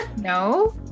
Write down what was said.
no